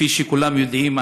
כפי שכולם יודעים,